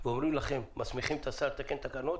ואומרים לכם שמסמיכים את השר לתקן תקנות,